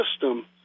system